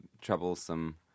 troublesome